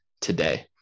today